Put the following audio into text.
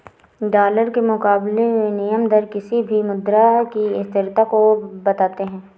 dollar के मुकाबले विनियम दर किसी भी मुद्रा की स्थिरता को बताते हैं